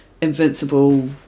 invincible